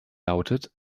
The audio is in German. lautet